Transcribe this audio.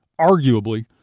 arguably